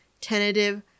tentative